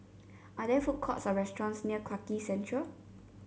are there food courts or restaurants near Clarke Quay Central